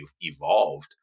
evolved